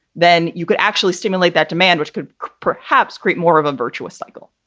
then you could actually stimulate that demand, which could perhaps create more of a virtuous cycle,